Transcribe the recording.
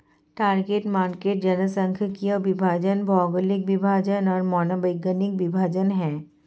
target market जनसांख्यिकीय विभाजन, भौगोलिक विभाजन और मनोवैज्ञानिक विभाजन हैं